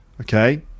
okay